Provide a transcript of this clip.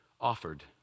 offered